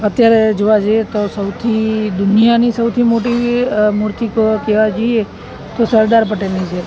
અત્યારે જોવા જઈએ તો સૌથી દુનિયાની સૌથી મોટી મૂર્તિ ક કહેવા જઈએ તો સરદાર પટેલની છે